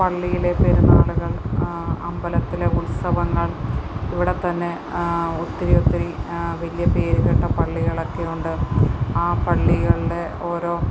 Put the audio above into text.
പള്ളിയിലെ പെരുന്നാളുകൾ അമ്പലത്തിലെ ഉത്സവങ്ങൾ ഇവിടെ തന്നെ ഒത്തിരി ഒത്തിരി വലിയ പേരുകേട്ട പള്ളികളൊക്കെ ഉണ്ട് ആ പള്ളികളിലെ ഓരോ